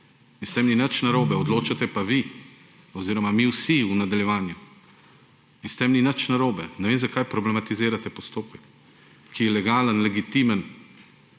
s tem ni nič narobe, odločate pa vi oziroma mi vsi v nadaljevanju. In s tem ni nič narobe. Ne vem, zakaj problematizirajte postopek, ki je legalen, legitimen,